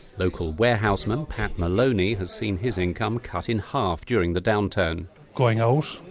local warehouseman pat maloney has seen his income cut in half during the downturn going out,